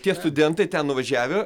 tie studentai ten nuvažiavę